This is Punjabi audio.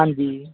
ਹਾਂਜੀ